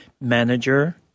manager